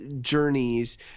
journeys